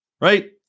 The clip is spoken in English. Right